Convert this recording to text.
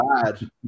bad